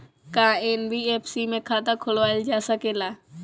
का एन.बी.एफ.सी में खाता खोलवाईल जा सकेला?